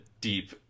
deep